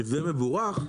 שזה מבורך,